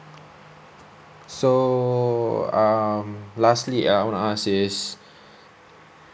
so um lastly uh I want to ask is